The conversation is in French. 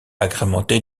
agrémenté